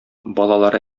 балалары